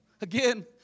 Again